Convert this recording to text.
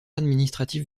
administratif